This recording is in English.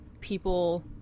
people